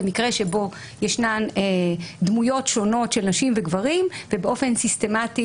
במקרה שבו ישנן דמויות שונות של נשים וגברים ובאופן סיסטמתי